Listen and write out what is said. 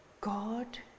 God